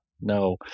no